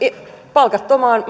palkattomaan